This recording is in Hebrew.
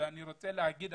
ואני רוצה להגיד,